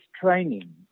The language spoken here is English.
training